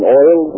oil